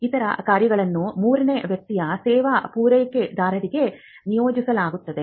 ಇತರ ಕಾರ್ಯಗಳನ್ನು ಮೂರನೇ ವ್ಯಕ್ತಿಯ ಸೇವಾ ಪೂರೈಕೆದಾರರಿಗೆ ನಿಯೋಜಿಸಲಾಗುತ್ತದೆ